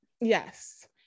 Yes